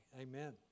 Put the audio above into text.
amen